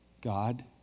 God